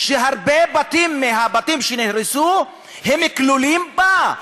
שהרבה בתים מהבתים שנהרסו כלולים בה.